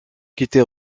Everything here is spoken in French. quitté